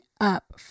up